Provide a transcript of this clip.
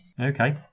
Okay